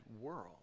world